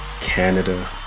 Canada